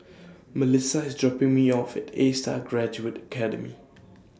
Mellisa IS dropping Me off At A STAR Graduate Academy